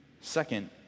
Second